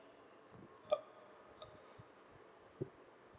uh